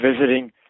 visiting